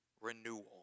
renewal